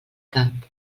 cap